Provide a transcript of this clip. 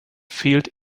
fehlt